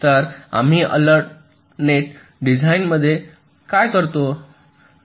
तर आम्ही अल्टर्नेट डिझाइनमध्ये काय करतो